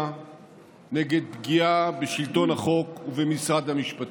נגד פגיעה בשלטון החוק ובמשרד המשפטים.